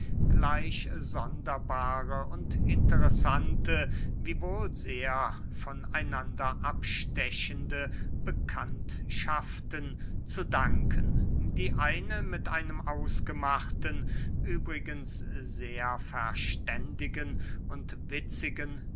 gleich sonderbare und interessante wiewohl sehr von einander abstechende bekanntschaften zu danken die eine mit einem ausgemachten übrigens sehr verständigen und witzigen